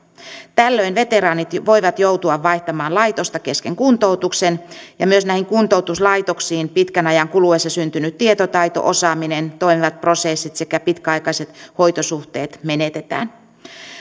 tällöin veteraanit voivat joutua vaihtamaan laitosta kesken kuntoutuksen ja myös näihin kuntoutuslaitoksiin pitkän ajan kuluessa syntynyt tietotaito osaaminen toimivat prosessit sekä pitkäaikaiset hoitosuhteet menetetään